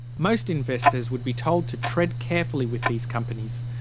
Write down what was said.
most investors would be told to tread carefully with these companies,